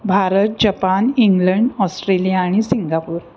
Bharat Japan England Australia आणि Singapore